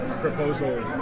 proposal